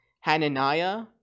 Hananiah